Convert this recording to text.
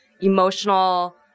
emotional